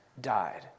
died